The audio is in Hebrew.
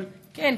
כן,